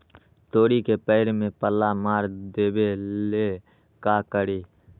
तोड़ी के पेड़ में पल्ला मार देबे ले का करी?